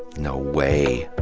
no way!